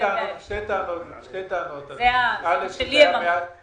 אני אבדוק את זה.